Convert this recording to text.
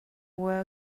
were